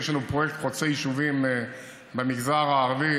יש לנו פרויקט חוצה יישובים במגזר הערבי